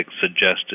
suggested